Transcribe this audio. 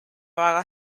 vaga